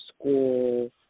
school